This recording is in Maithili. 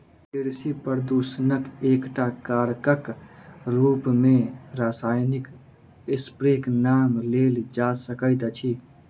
कृषि प्रदूषणक एकटा कारकक रूप मे रासायनिक स्प्रेक नाम लेल जा सकैत अछि